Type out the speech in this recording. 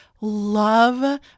love